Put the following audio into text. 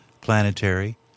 planetary